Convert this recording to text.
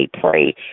pray